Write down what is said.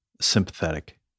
sympathetic